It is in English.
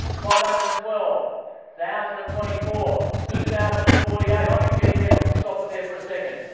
five hundred and twelve, one thousand and twenty four, two thousand and forty eight. i'm in geek heaven. we'll stop it there for a second.